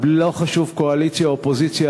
לא חשוב קואליציה אופוזיציה,